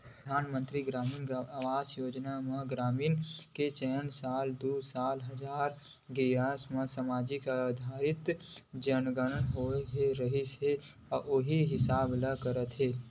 परधानमंतरी गरामीन आवास योजना म ग्रामीन के चयन साल दू हजार गियारा म समाजिक, आरथिक जनगनना होए रिहिस उही हिसाब ले करथे